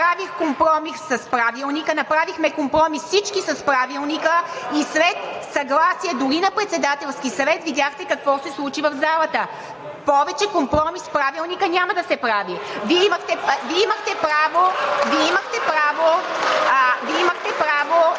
направих компромис с него – направихме компромис всички, и след съгласие дори на Председателския съвет видяхте какво се случи в залата. Повече компромис с Правилника няма да се прави! Вие имахте право